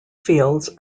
fields